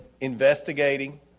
investigating